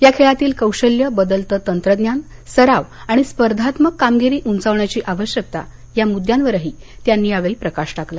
या खेळातील कौशल्य बदलतं तंत्रज्ञान सराव आणि स्पर्धात्मक कामगिरी उंचावण्याची आवश्यकता या मुद्द्यांवरही त्यांनी यावेळी प्रकाश टाकला